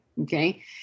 okay